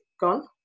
gone